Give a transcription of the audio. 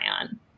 on